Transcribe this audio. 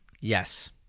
Yes